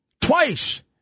twice